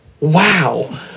wow